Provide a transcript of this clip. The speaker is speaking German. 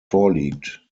vorliegt